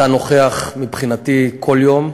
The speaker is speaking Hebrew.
אתה נוכח מבחינתי כל יום.